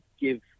give